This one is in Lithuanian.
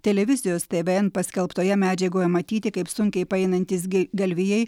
televizijos tėvėen paskelbtoje medžiagoje matyti kaip sunkiai paeinantys gi galvijai